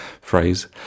phrase